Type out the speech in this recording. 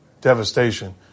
devastation